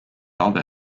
other